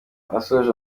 abasoje